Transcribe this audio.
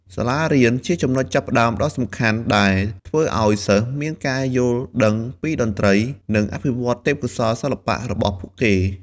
សាលារៀនជាចំណុចចាប់ផ្ដើមដ៏សំខាន់ដែលធ្វើឱ្យសិស្សមានការយល់ដឹងពីតន្ត្រី និងអភិវឌ្ឍទេពកោសល្យសិល្បៈរបស់ពួកគេ។